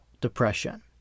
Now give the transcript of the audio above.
depression